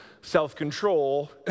Self-control